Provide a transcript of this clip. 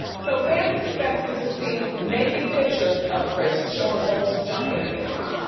so fans expected to see naked pictures of chris showing all of his junk and everything.